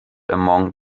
among